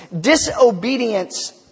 disobedience